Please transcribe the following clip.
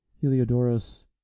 Heliodorus